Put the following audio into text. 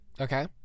Okay